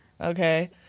okay